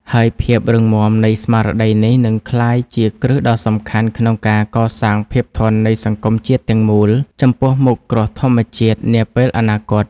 ហើយភាពរឹងមាំនៃស្មារតីនេះនឹងក្លាយជាគ្រឹះដ៏សំខាន់ក្នុងការកសាងភាពធន់នៃសង្គមជាតិទាំងមូលចំពោះមុខគ្រោះធម្មជាតិនាពេលអនាគត។